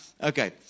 Okay